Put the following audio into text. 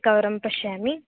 एकवारं पश्यामि